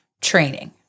training